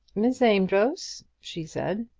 miss amedroz, she said,